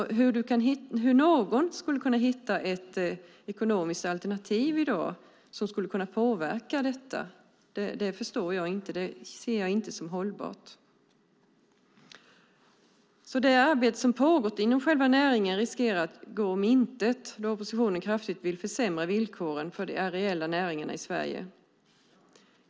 Jag förstår inte hur någon skulle kunna hitta ett ekonomisk alternativ som skulle kunna påverka detta. Jag ser det inte som hållbart. Det arbete som pågått inom själva näringen riskerar att gå om intet då oppositionen kraftigt vill försämra villkoren för de areella näringarna i Sverige.